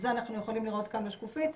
את זה אנחנו יכולים לראות כאן בשקופית,